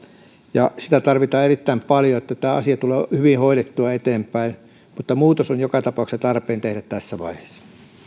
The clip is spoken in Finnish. ja neuvontaan sitä tarvitaan erittäin paljon jotta tämä asia tulee hyvin hoidettua eteenpäin mutta muutos on joka tapauksessa tarpeen tehdä tässä vaiheessa